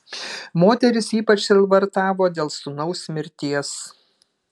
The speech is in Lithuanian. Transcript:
moteris ypač sielvartavo dėl sūnaus mirties